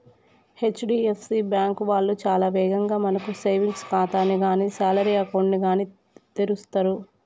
HDFC బ్యాంకు వాళ్ళు చాలా వేగంగా మనకు సేవింగ్స్ ఖాతాని గానీ శాలరీ అకౌంట్ ని గానీ తెరుస్తరు